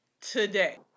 today